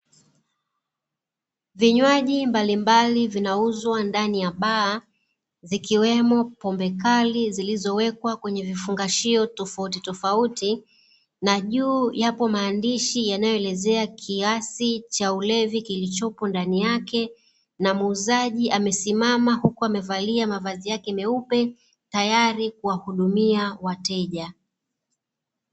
Vinywaji mbalimbali vinauzwa ndani ya baa zikiwemo pombe kali zilizowekwa kwenye vifungashio tofauti tofauti na juu yapo maandishi yanayoelezea kiasi cha ulevi kilichopo ndani yake na muuzaji amesimama huku amevalia mavazi yake meupe tayari kuwahudumia wateja.